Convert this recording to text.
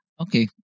Okay